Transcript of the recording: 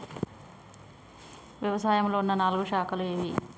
వ్యవసాయంలో ఉన్న నాలుగు శాఖలు ఏవి?